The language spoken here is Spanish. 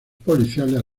policiales